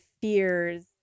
fears